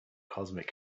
cosmic